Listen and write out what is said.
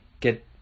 get